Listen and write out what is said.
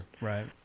right